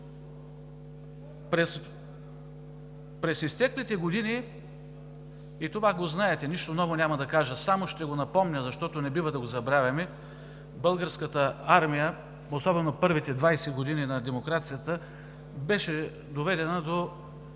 През изтеклите години и това го знаете, няма да кажа нищо ново, само ще го напомня, защото не бива да го забравяме: Българската армия, особено първите 20 години на демокрацията, беше доведена,